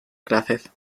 clases